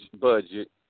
budget